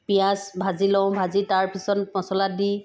পিঁয়াজ ভাজি লওঁ ভাজি তাৰপিছত মচলা দি